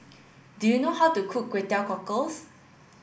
do you know how to cook Kway Teow Cockles